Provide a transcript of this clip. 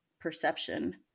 perception